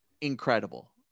incredible